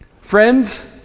Friends